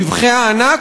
רווחי הענק,